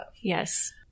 Yes